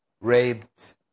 raped